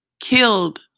killed